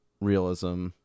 realism